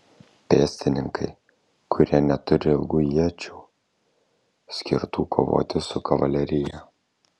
pėstininkai kurie neturi ilgų iečių skirtų kovoti su kavalerija